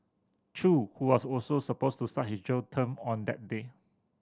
chew who was also supposed to start his jail term on that day